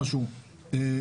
אבל אני יהודי בכל רמ"ח אבריי,